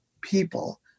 people